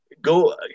go